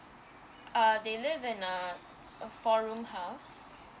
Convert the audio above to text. uh they live in a four room house